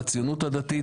לציונות הדתית,